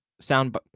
sound